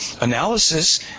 analysis